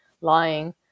lying